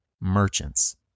merchants